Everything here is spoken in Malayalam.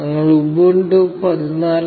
ഞങ്ങൾ ഉബുണ്ടു 14